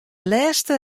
lêste